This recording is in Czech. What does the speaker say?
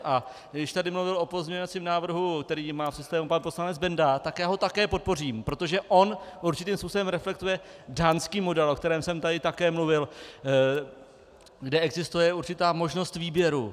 A když tady mluvil o pozměňovacím návrhu, který má v systému pan poslanec Benda, tak já ho také podpořím, protože on určitým způsobem reflektuje dánský model, o kterém jsem tady také mluvil, kde existuje určitá možnost výběru.